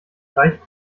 reicht